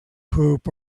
hoop